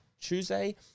Tuesday